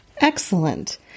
Excellent